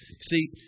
See